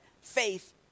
faith